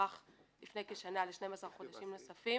לפני כשנה, הוא הוארך ל-12 חודשים נוספים.